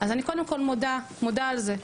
אז אני קודם כול מודה על זה,